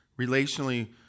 relationally